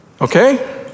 okay